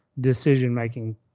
decision-making